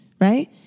Right